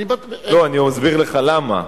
אני אסביר לך למה,